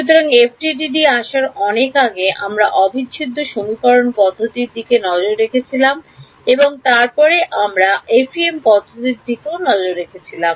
সুতরাং এফডিটিডি আসার অনেক আগে আমরা অবিচ্ছেদ্য সমীকরণ পদ্ধতির দিকে নজর রেখেছিলাম এবং তারপরে আমরা এফইএম পদ্ধতির দিকে নজর রেখেছিলাম